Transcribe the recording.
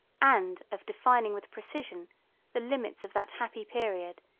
and of defining with precision the limits of that happy period,